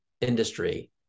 industry